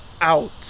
out